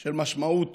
של משמעות